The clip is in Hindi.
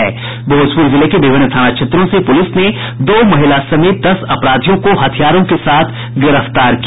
भोजपुर जिले के विभिन्न थाना क्षेत्रों से पुलिस ने दो महिला समेत दस अपराधियों को हथियारों के साथ गिरफ्तार किया